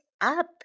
up